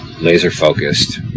laser-focused